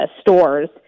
stores